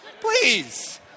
Please